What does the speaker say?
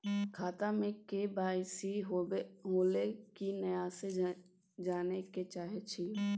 खाता में के.वाई.सी होलै की नय से जानय के चाहेछि यो?